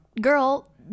girl-